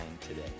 today